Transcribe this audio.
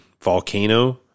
volcano